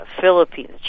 Philippines